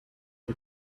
the